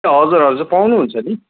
ए हजुर हजुर पाउनु हुन्छ नि